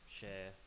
share